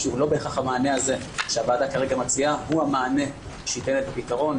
לא בהכרח המענה הזה שהוועדה מציעה כרגע הוא המענה שייתן את הפתרון,